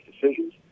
decisions